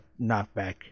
knockback